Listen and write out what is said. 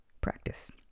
practice